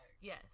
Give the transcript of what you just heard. Yes